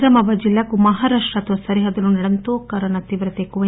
నిజామాబాద్ జిల్లాకు మహారాష్టతో సరిహద్దులు ఉండడంతో కరోనా తీవ్రత ఎక్కుపైంది